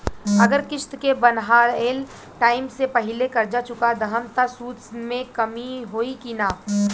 अगर किश्त के बनहाएल टाइम से पहिले कर्जा चुका दहम त सूद मे कमी होई की ना?